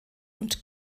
und